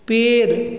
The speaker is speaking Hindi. पेड़